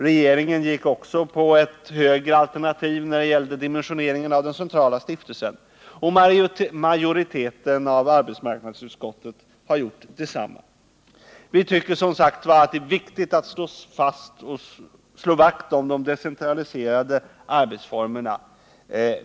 Regeringen gick också på ett högre alternativ när det gällde dimensioneringen av den centrala stiftelsen, och en majoritet i arbetsmarknadsutskottet har gjort detsamma. Vi tycker som sagt att det är viktigt att slå vakt om de decentraliserade arbetsformerna.